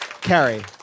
Carrie